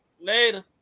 Later